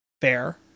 fair